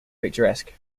picturesque